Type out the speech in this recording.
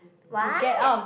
what